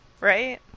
Right